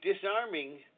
disarming